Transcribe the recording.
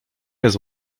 jest